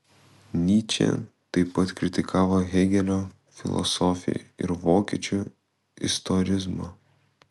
nyčė taip pat kritikavo hėgelio filosofiją ir vokiečių istorizmą